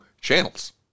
channels